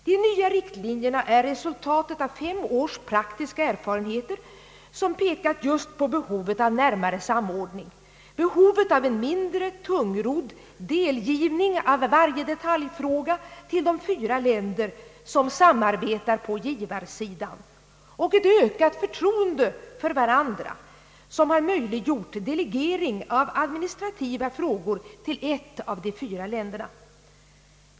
De nya riktlinjerna är resultatet av fem års praktiska erfarenheter som pekat just på behovet av närmare samordning, behovet av en mindre tungrodd delgivning av varje detaljfråga till de fyra länder, som samarbetar på givarsi dan, och ett ökat förtroende för varandra som har möjliggjort delegering av administrativa frågor till ett av de fyra länderna.